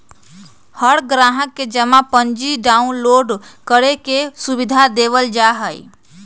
हर ग्राहक के जमा पर्ची डाउनलोड करे के सुविधा देवल जा हई